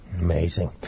Amazing